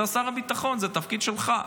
אתה שר הביטחון, זה התפקיד שלך.